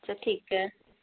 ਅੱਛਾ ਠੀਕ ਹੈ